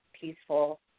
peaceful